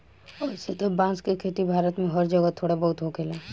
अइसे त बांस के खेती भारत में हर जगह थोड़ा बहुत होखेला